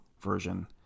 version